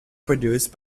produced